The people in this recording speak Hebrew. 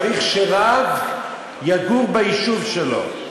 צריך שרב יגור ביישוב שלו.